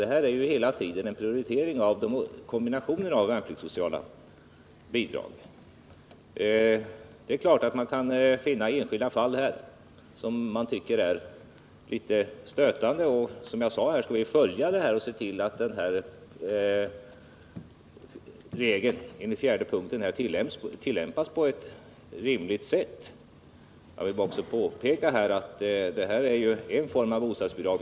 Hela tiden är det ju fråga om en prioritering av kombinationer av värnpliktssociala bidrag. Det är klart att man kan finna enskilda fall som man tycker är litet stötande, och som jag sade skall vi följa det hela och se till att regeln enligt punkt 4 tillämpas på ett rimligt sätt. Jag vill också påpeka att detta är en form av bostadsbidrag.